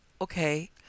okay